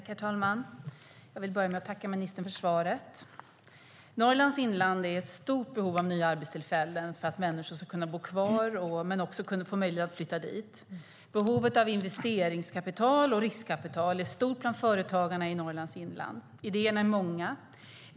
Herr talman! Jag vill börja med att tacka ministern för svaret. Norrlands inland är i stort behov av nya arbetstillfällen för att människor ska kunna bo kvar men också få möjlighet att flytta dit. Behovet av investeringskapital och riskkapital är stort bland företagarna i Norrlands inland. Idéerna är många.